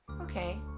Okay